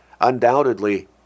undoubtedly